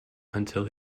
until